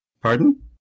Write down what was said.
Pardon